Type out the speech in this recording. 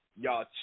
y'all